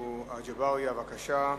עפו אגבאריה, בבקשה.